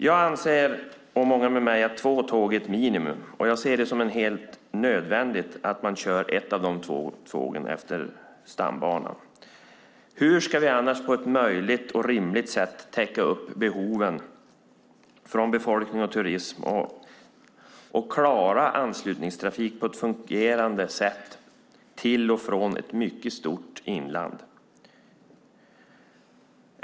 Jag och många med mig anser att två tåg är ett minimum, och jag ser det som helt nödvändigt att ett av de två tågen körs på stambanan. Hur ska vi annars på ett rimligt sätt täcka behoven hos befolkningen och turismen och på ett fungerande sätt klara anslutningstrafiken till och från ett mycket stort inland?